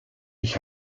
ich